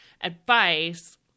advice